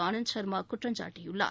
ஆனந்த் சர்மா குற்றம் சாட்டியுள்ளார்